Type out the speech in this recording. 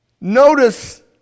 Notice